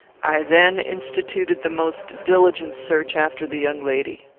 i then instituted the most diligent search after the young lady.